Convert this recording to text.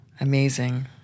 Amazing